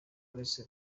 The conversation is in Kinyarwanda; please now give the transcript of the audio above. uretse